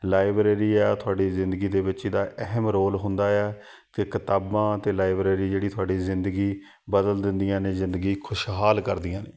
library ਆ ਤੁਹਾਡੀ ਜ਼ਿੰਦਗੀ ਦੇ ਵਿੱਚ ਇਹਦਾ ਅਹਿਮ ਰੋਲ ਹੁੰਦਾ ਆ ਅਤੇ ਕਿਤਾਬਾਂ ਅਤੇ ਲਾਈਬ੍ਰੇਰੀ ਜਿਹੜੀ ਤੁਹਾਡੀ ਜ਼ਿੰਦਗੀ ਬਦਲ ਦਿੰਦੀਆਂ ਨੇ ਜ਼ਿੰਦਗੀ ਖੁਸ਼ਹਾਲ ਕਰਦੀਆਂ ਨੇ